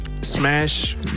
Smash